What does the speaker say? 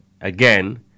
again